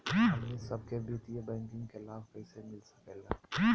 हमनी सबके वित्तीय बैंकिंग के लाभ कैसे मिलता सके ला?